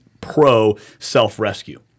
pro-self-rescue